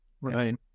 Right